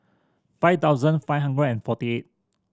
five thousand five hundred and forty eight